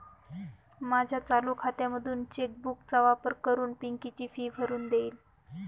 माझ्या चालू खात्यामधून चेक बुक चा वापर करून पिंकी ची फी भरून देईल